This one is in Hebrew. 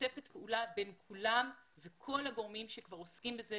משתפת פעולה בין כולם וכל הגורמים שכבר עוסקים בזה,